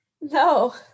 no